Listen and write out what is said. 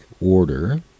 order